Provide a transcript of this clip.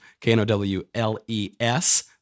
K-N-O-W-L-E-S